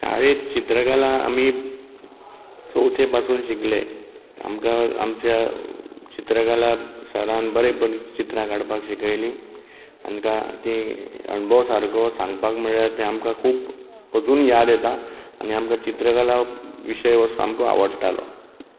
शाळेंत चित्रकला आमी चवथे पासून शिकलें आमकां आमचे चित्रकला सरान बरी चित्रां काडपाक शिकयलीं आमकां ती अणभव सारको सांगपाक म्हणल्यार आमकां खूब अजून याद येता आनी आमकां चित्रकाला विशय हो सामको आवडटालो